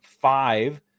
five